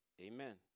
Amen